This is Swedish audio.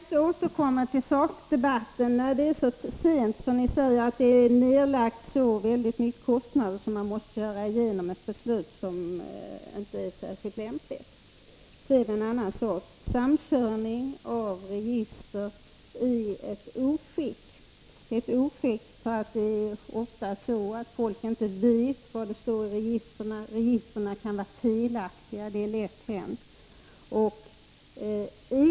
Fru talman! Jag hoppas bara att ni inte återkommer till sakdebatten om Fobalt så sent att ni kan hänvisa till att så stora kostnader har lagts ned att man måste fatta ett beslut som inte är särskilt lämpligt. Så en annan sak: Samkörning av register är ett oskick. Det är ett oskick eftersom folk ofta inte vet vad som står i registren. Registren kan t.ex. vara felaktiga — det är lätt hänt.